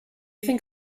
think